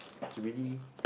it's really